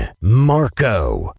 Marco